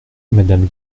madame